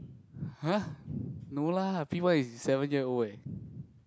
!huh! no lah P one is seven year old eh